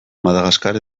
madagaskar